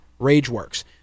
RageWorks